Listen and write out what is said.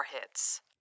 hits